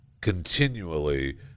continually